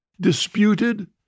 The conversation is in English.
disputed